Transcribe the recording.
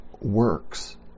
works